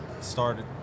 started